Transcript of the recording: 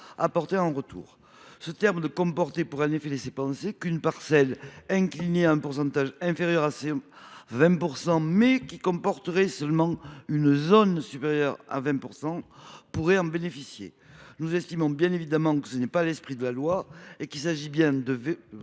apportée en retour. En effet, le terme « comporter » pourrait laisser penser qu’une parcelle inclinée à un pourcentage inférieur à 20 %, mais comportant seulement une zone supérieure à 20 %, pourrait en bénéficier. Nous estimons bien évidemment que ce n’est pas l’esprit de la loi et qu’il s’agit bien de